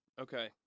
Okay